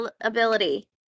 ability